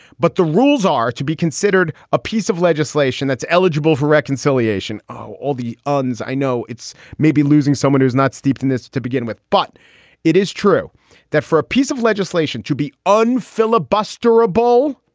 but the rules are to be considered a piece of legislation that's eligible for reconciliation. all the un's i know it's maybe losing someone who is not steeped in this to begin with. but it is true that for a piece of legislation to be un filibuster a bowl.